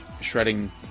shredding